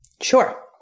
Sure